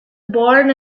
born